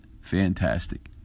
Fantastic